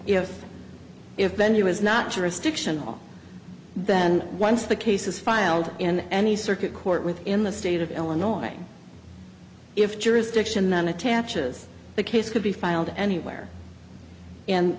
if if venue is not jurisdictional then once the case is filed in any circuit court within the state of illinois if jurisdiction then attaches the case could be filed anywhere and